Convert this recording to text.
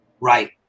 right